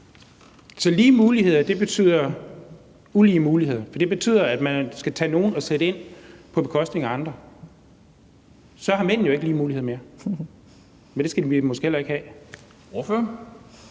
Så lige muligheder betyder ulige muligheder. Det betyder, at man skal tage nogen og sætte ind på bekostning af andre. Så har mænd jo ikke lige muligheder mere, men det skal vi måske heller ikke have.